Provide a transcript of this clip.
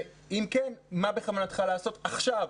ואם כן, מה בכוונתך לעשות כשיו